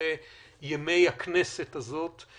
לדברי ימי הכנסת הזאת.